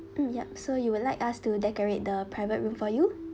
mm yup so you would like us to decorate the private room for you